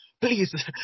Please